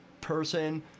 person